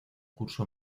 curso